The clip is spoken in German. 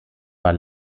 war